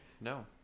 no